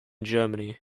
germany